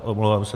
Omlouvám se.